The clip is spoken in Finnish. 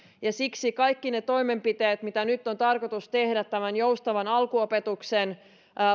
ja siksi kaikki ne toimenpiteet mitä nyt on tarkoitus tehdä tämän joustavan alkuopetuksen